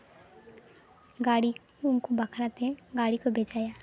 ᱜᱟᱹᱰᱤ ᱩᱱᱠᱩ ᱵᱟᱠᱷᱟᱨᱟᱛᱮ ᱜᱟᱹᱰᱤ ᱠᱚ ᱵᱷᱮᱡᱟᱭᱟ